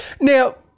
Now